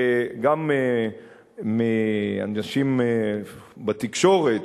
גם מאנשים בתקשורת,